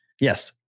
Yes